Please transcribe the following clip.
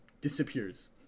disappears